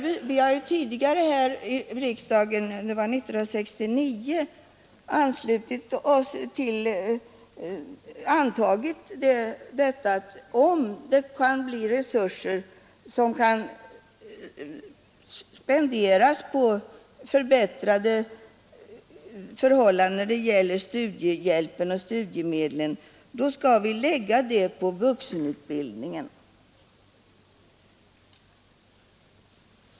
Vi har tidigare här i riksdagen — det var 1969 — fastslagit att om resurser kan spenderas på förbättringar av studiehjälpen och studiemedlen, då skall vi lägga detta på vuxenutbildningen.